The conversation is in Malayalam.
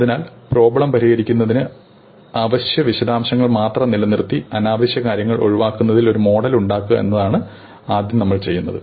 അതിനാൽ പ്രോബ്ളം പരിഹരിക്കുന്നതിന് അവശ്യ വിശദാംശങ്ങൾ മാത്രം നിലനിർത്തി അനാവശ്യമായ കാര്യങ്ങൾ ഒഴിവാക്കുന്നതരത്തിൽ ഒരു മോഡൽ ഉണ്ടാക്കുക എന്നതാണ് ആദ്യമായി നമ്മൾ ചെയ്യേണ്ടത്